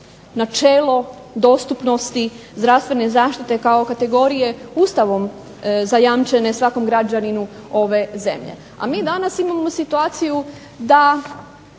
načelo dostupnosti zdravstvene zaštite kao kategorije Ustavom zajamčene svakom građaninu ove zemlje. A mi danas imamo situaciju, dakle